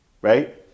Right